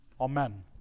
Amen